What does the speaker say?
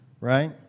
right